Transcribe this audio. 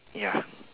ya